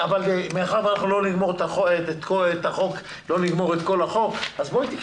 מאחר ואנחנו לא נגמור את כל הדיון על הצעת החוק,